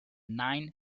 nine